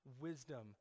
wisdom